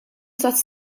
tas